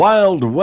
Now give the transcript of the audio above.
Wild